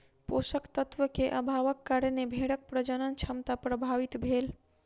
पोषक तत्व के अभावक कारणें भेड़क प्रजनन क्षमता प्रभावित भेल